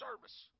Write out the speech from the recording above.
service